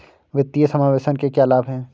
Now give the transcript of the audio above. वित्तीय समावेशन के क्या लाभ हैं?